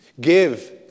Give